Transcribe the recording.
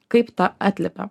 kaip tą atliepia